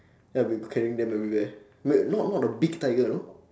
then I'll be carrying them everywhere wait not not the big tiger you know